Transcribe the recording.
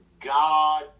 God